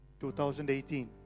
2018